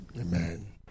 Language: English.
Amen